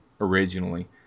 originally